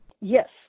yes